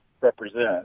represent